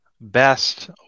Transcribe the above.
best